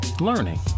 learning